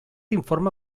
informe